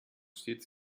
stets